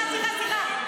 סליחה, סליחה, סליחה.